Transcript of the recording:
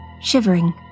shivering